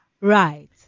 Right